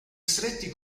stretti